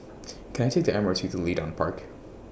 Can I Take The M R T to Leedon Park